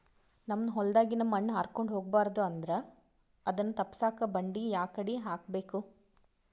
ನಮ್ ಹೊಲದಾಗಿನ ಮಣ್ ಹಾರ್ಕೊಂಡು ಹೋಗಬಾರದು ಅಂದ್ರ ಅದನ್ನ ತಪ್ಪುಸಕ್ಕ ಬಂಡಿ ಯಾಕಡಿ ಹಾಕಬೇಕು?